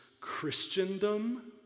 Christendom